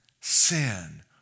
sin